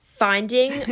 Finding